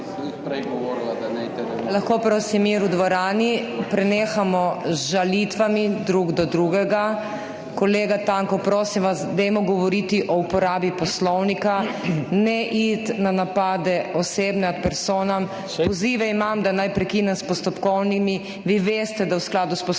Lahko prosim za mir v dvorani?! Prenehamo z žalitvami drug do drugega. Kolega Tanko, prosim vas, dajmo govoriti o uporabi poslovnika, ne iti na osebne napade, ad personam. Imam pozive, da naj prekinem s postopkovnimi. Vi veste, da se v skladu s poslovnikom,